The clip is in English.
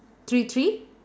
three three